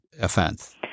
offense